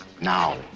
now